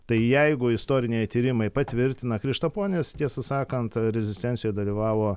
tai jeigu istoriniai tyrimai patvirtina krištaponis tiesą sakant rezistencijoj dalyvavo